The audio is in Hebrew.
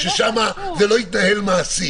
ששם זה לא התנהל מעשי.